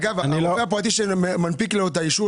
אגב הרופא הפרטי שמנפיק את האישור,